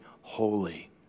holy